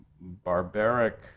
barbaric